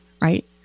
right